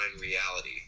reality